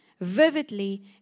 vividly